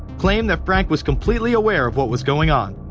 claimed that frank was completely aware. of what was going on,